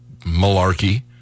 malarkey